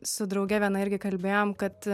su drauge viena irgi kalbėjom kad